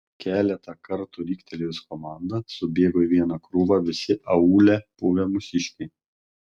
keletą kartų riktelėjus komandą subėgo į vieną krūvą visi aūle buvę mūsiškiai